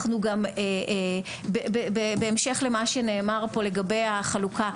אנחנו גם בהמשך למה שנאמר פה לגבי החלוקה,